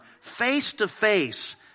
face-to-face